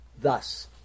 thus